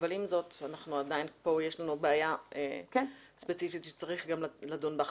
אבל עם זאת אנחנו עדיין פה יש לנו בעיה ספציפית שצריך גם לדון בה.